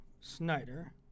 Snyder